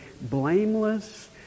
blameless